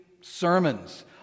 sermons